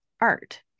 art